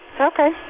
Okay